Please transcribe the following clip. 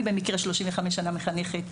אני במקרה 35 שנה מחנכת.